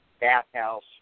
bathhouse